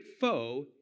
foe